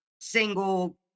single